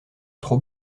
trop